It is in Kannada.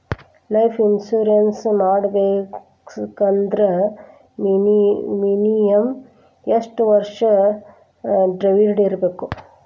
ಲೈಫ್ ಇನ್ಶುರೆನ್ಸ್ ಮಾಡ್ಸ್ಬೇಕಂದ್ರ ಮಿನಿಮಮ್ ಯೆಷ್ಟ್ ವರ್ಷ ದವ್ರಿರ್ಬೇಕು?